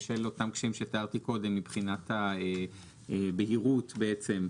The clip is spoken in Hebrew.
בשל אותם קשיים שתיארתי קודם מבחינת הבהירות בעצם,